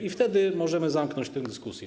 I wtedy możemy zamknąć tę dyskusję.